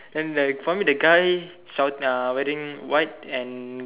then like for me the guy shout uh wearing white and